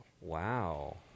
Wow